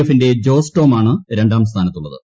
എഫിന്റെ ജോസ് ടോം ആണ് രണ്ടാം സ്ഥാനത്തുള്ളത്